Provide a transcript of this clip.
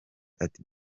ati